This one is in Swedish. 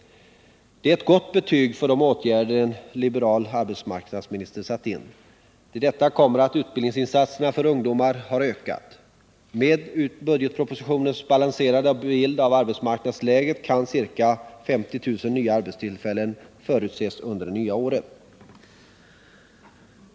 Det är ett gott betyg för de åtgärder en liberal arbetsmarknadsminister satt in. Till detta kommer att utbildningsinsatserna för ungdomar har ökat. Med budgetpropositionens balanserade bild av arbetsmarknadsläget kan ca 50 000 nya arbetstillfällen förutses under det nya året.